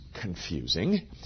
confusing